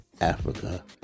Africa